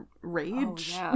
rage